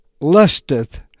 lusteth